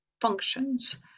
functions